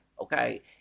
okay